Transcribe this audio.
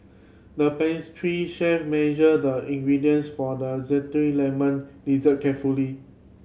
the pastry chef measured the ingredients for the zesty lemon dessert carefully